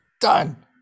done